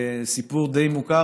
סיפור די מוכר,